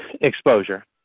exposure